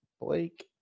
Blake